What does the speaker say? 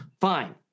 fine